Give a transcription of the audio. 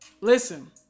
Listen